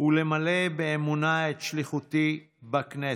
ולמלא באמונה את שליחותי בכנסת.